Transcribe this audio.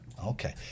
Okay